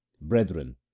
Brethren